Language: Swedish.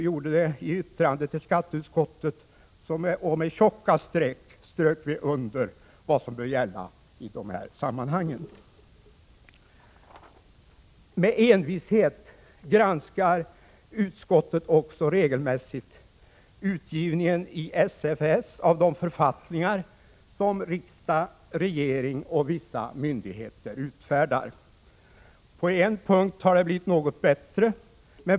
Vi har lämnat ett yttrande till skatteutskottet där vi med tjocka streck har strukit under vad som bör gälla i dessa sammanhang. Med envishet granskar utskottet också regelmässigt utgivningen i SFS av de författningar som riksdag, regering och vissa myndigheter utfärdar. På en punkt har det blivit något bättre.